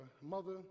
mother